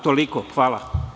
Toliko, hvala.